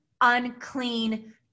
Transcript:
unclean